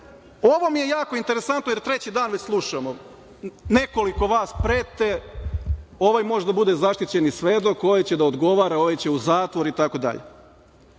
mi je jako interesantno, jer treći dan već slušamo. Nekoliko vas prete - ovaj može da bude zaštićeni svedok, ovaj će da odgovara, ovaj će u zatvor,